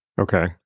Okay